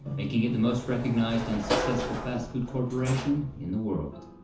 making it the most recognized and successful fast-food corporation in the world.